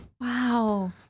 Wow